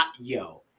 yo